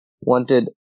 wanted